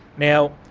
now,